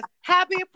Happy